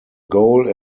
goal